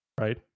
Right